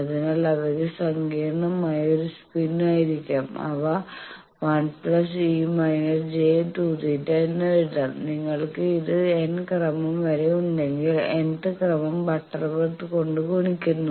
അതിനാൽ അവക്ക് സങ്കീർണ്ണമായ ഒരു സ്പിൻ ആയിരിക്കാം അവ 1e− j2θ എന്ന് എഴുതാം നിങ്ങൾക്ക് ഇത് n ക്രമം വരെ ഉണ്ടെങ്കിൽ nth ക്രമം ബട്ടർവർത്ത് കൊണ്ട് ഗുണിക്കുന്നു